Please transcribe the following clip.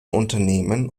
unternehmen